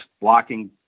blocking